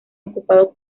ocupados